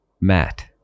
matt